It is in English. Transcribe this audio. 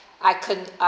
I can~ uh